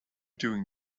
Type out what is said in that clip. doing